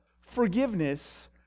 forgiveness